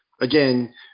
Again